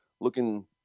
looking